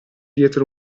dietro